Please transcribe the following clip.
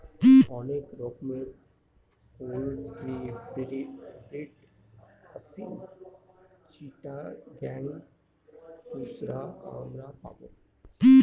অনেক রকমের poultry breed Aseel, Chittagong, বুশরা আমরা পাবো